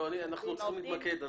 לא, אנחנו צריכים להתמקד.